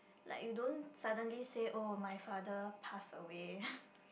like you don't suddenly say oh my father pass away